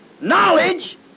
Knowledge